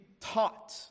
taught